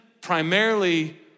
primarily